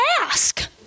ask